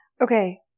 Okay